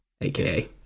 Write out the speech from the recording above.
aka